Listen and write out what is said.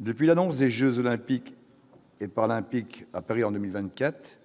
Depuis l'annonce des Jeux olympiques et paralympiques à Paris en 2024,